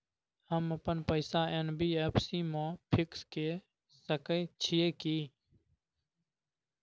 हम अपन पैसा एन.बी.एफ.सी म फिक्स के सके छियै की?